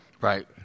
Right